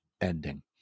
ending